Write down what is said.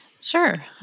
Sure